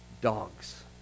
Dogs